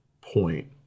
point